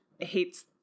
hates